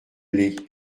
lez